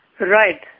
Right